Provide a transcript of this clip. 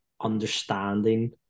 understanding